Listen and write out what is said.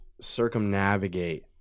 circumnavigate